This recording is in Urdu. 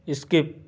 اسکپ